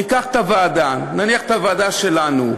ניקח את הוועדה, נניח את הוועדה שלנו,